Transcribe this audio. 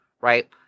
right